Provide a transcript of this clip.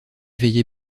veillez